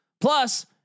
Plus